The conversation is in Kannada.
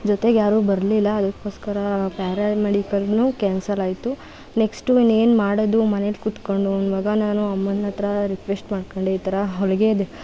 ಜೊತೆಗೆ ಯಾರೂ ಬರಲಿಲ್ಲ ಅದಕ್ಕೋಸ್ಕರ ಪ್ಯಾರ ಮೆಡಿಕಲ್ಲುನೂ ಕ್ಯಾನ್ಸಲ್ ಆಯಿತು ನೆಕ್ಸ್ಟು ಇನ್ನೇನು ಮಾಡೋದು ಮನೇಲಿ ಕುತ್ಕೊಂಡು ಅನ್ನುವಾಗ ನಾನು ಅಮ್ಮನ ಹತ್ರ ರಿಕ್ವೆಸ್ಟ್ ಮಾಡಿಕೊಂಡೆ ಈ ಥರ ಹೊಲಿಗೇದು